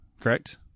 correct